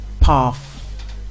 path